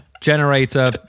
generator